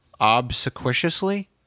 obsequiously